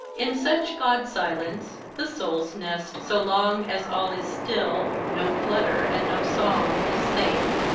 in such god-silence, the soul's nest, so long as all is still, no flutter and no song, is safe.